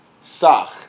Sach